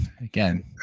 again